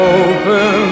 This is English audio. open